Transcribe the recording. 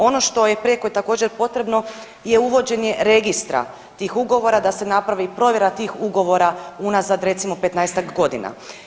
Ono što je prijeko i također potrebno je uvođenje registra tih ugovora da se napravi provjera tih ugovora unazad recimo 15-tak godina.